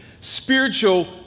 spiritual